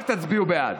רק תצביעו בעד.